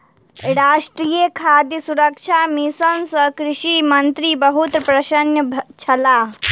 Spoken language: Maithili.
राष्ट्रीय खाद्य सुरक्षा मिशन सँ कृषि मंत्री बहुत प्रसन्न छलाह